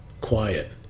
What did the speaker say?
quiet